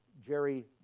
Jerry